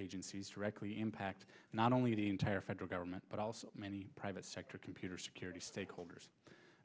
agencies directly impact not only the entire federal government but also many private sector computer security stakeholders